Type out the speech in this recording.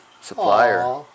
supplier